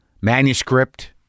manuscript